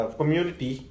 community